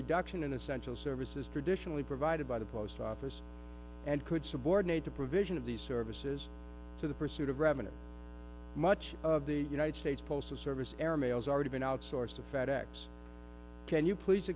reduction in essential services traditionally provided by the post office and could subordinate the provision of these services to the pursuit of revenue much of the united states postal service air mail is already been outsourced to fed ex can you please